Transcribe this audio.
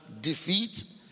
defeat